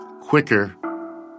quicker